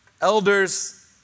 elders